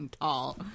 tall